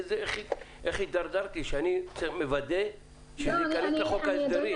איך הידרדרתי, שאני מוודא שזה יכנס לחוק ההסדרים.